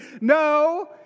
No